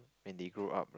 when they grow up